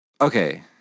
Okay